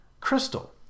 Crystal